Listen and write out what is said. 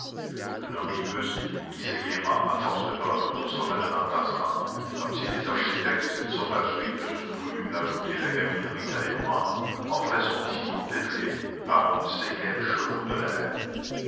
un omnibus hissé gaîment à force de bras tout au sommet de l'entassement comme si les architectes de cette sauvagerie eussent voulu ajouter la gaminerie à l'épouvante offrait son timon dételé à on ne sait quels chevaux de l'air